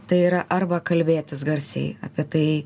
tai yra arba kalbėtis garsiai apie tai